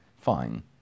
fine